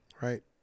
right